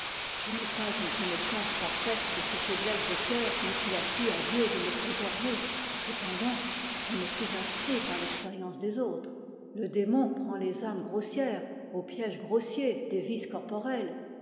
je n'ai pas une connaissance parfaite de ces faiblesses du cœur dont il a plu à dieu de me préserver cependant je me suis instruit par l'expérience des autres le démon prend les âmes grossières aux pièges grossiers des vices corporels